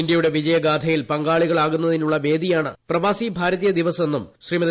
ഇന്ത്യയുടെ വിജയഗാഥയിൽ പങ്കാളികളാകുന്നതിനുമുള്ള വേദിയാണ് പ്രവാസി ഭാരതീയ ദിവസ് എന്നും ശ്രീമതി